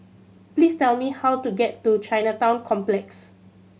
please tell me how to get to Chinatown Complex